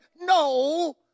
No